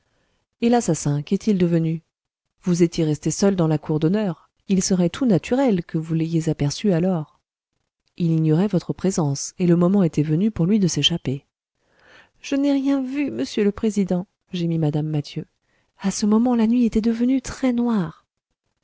et l'assassin qu'est-il devenu vous étiez restée seule dans la cour d'honneur il serait tout naturel que vous l'ayez aperçu alors il ignorait votre présence et le moment était venu pour lui de s'échapper je n'ai rien vu monsieur le président gémit mme mathieu à ce moment la nuit était devenue très noire